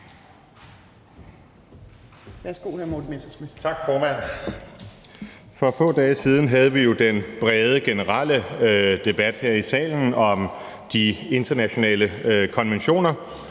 For få dage siden havde vi jo den brede, generelle debat her i salen om de internationale konventioner.